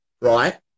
Right